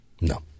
No